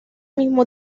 mismo